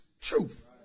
truth